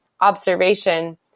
observation